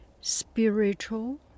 spiritual